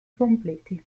completi